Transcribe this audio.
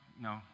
No